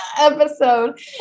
episode